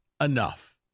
enough